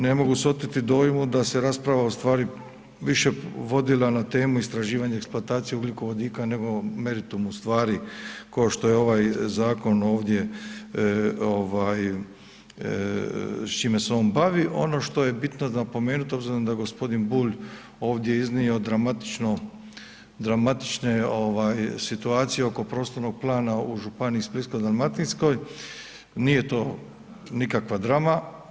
Ne mogu se oteti dojmu da se rasprava ustvari više vodila na temu istraživanja i eksploatacije ugljikovodika nego o meritumu stvari ko što je ovaj zakon ovdje, s čime se on bavi, ono što je bitno napomenuti obzirom da je g. Bulj ovdje iznio dramatične situacije oko prostornog plana u županiji Splitsko-dalmatinskoj, nije to nikakva drama.